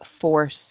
force